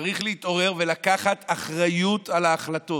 צריך להתעורר ולקחת אחריות על ההחלטות: